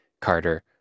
Carter